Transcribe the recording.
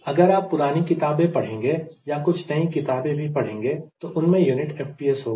अगर आप पुरानी किताबें पढेंगे या कुछ नई किताबें भी पढेंगे तो उनमें यूनिट FPS होगा